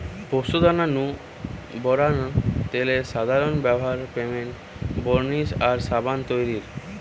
পোস্তদানা নু বারানা তেলের সাধারন ব্যভার পেইন্ট, বার্নিশ আর সাবান তৈরিরে